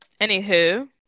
Anywho